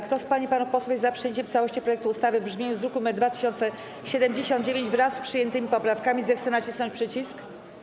Kto z pań i panów posłów jest za przyjęciem w całości projektu ustawy w brzmieniu z druku nr 2079, wraz z przyjętymi poprawkami, zechce nacisnąć przycisk.